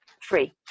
free